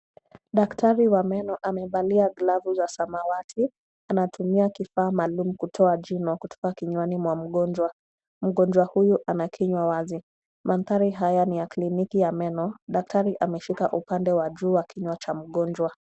Daktari wa meno amevalia glavu za samawati. Anatumia kifaa maalum kutoa jino kutoka kinywaji mwa mgonjwa. Mgonjwa huyu ana kinywa wazi. Mandhari haya ni ya kliniki ya meno. Daktari ameshika upande wa juu wa kinywa cha mgonjwa.